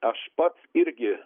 aš pats irgi